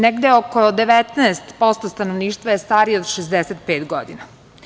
Negde oko 19% stanovništva je starije od 65 godina.